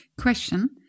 Question